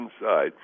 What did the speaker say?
inside